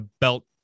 belt